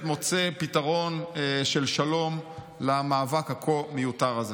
מוצא פתרון של שלום למאבק הכה-מיותר הזה.